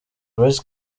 grace